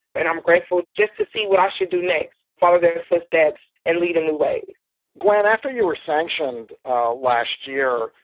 and i'm grateful just to see what i should do next. follow their footsteps and lead in new way glenn, after you were sanctioned last year,